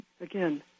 again